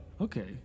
Okay